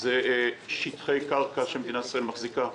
זה שטחי קרקע שמדינת ישראל מחזיקה,